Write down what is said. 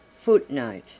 Footnote